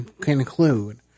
conclude